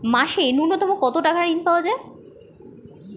মাসে নূন্যতম কত টাকা ঋণ পাওয়া য়ায়?